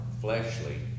fleshly